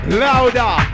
louder